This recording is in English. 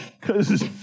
cause